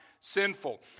sinful